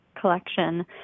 collection